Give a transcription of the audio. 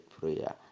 prayer